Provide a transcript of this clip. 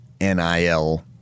NIL